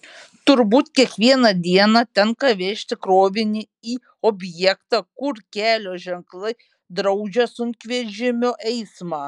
turbūt kiekvieną dieną tenka vežti krovinį į objektą kur kelio ženklai draudžia sunkvežimio eismą